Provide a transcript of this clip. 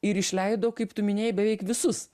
ir išleido kaip tu minėjai beveik visus